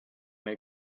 nei